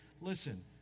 listen